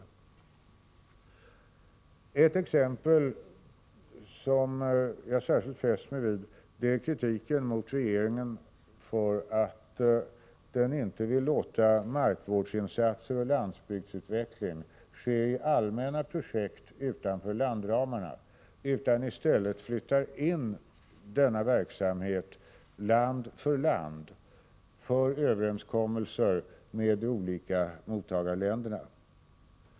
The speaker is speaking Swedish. En sak som jag särskilt fäst mig vid är kritiken mot regeringen för att den inte vill låta markvårdsinsatser och landsbygdsutveckling ske i allmänna projekt utanför landramarna utan i stället för in sådan verksamhet land för land i överenskommelser med de olika mottagarländerna.